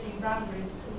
boundaries